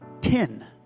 ten